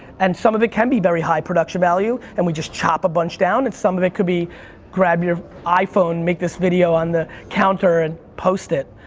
and some of it can be very high production value and we just chop a bunch down. and some of it could be grab your iphone, make this video on the counter and post it.